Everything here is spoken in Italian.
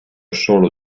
solo